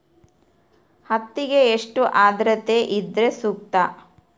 ಹತ್ತಿಗೆ ಎಷ್ಟು ಆದ್ರತೆ ಇದ್ರೆ ಸೂಕ್ತ?